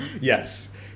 yes